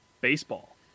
baseball